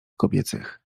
kobiecych